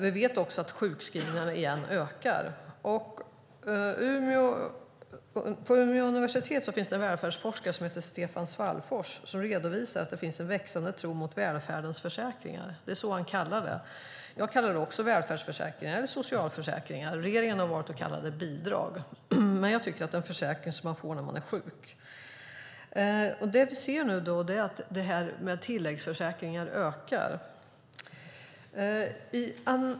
Vi vet också att sjukskrivningarna ökar igen. På Umeå universitet finns en välfärdsforskare som heter Stefan Svallfors. Han redovisar att det finns en växande misstro mot välfärdens försäkringar. Det är så han kallar det. Jag kallar det också för välfärdsförsäkringar eller socialförsäkringar. Regeringen har valt att kalla det för bidrag, men jag tycker att det är en försäkring som man får när man är sjuk. Vi ser att tilläggsförsäkringarna ökar.